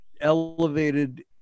elevated